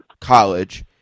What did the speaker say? college